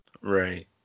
Right